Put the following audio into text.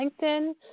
linkedin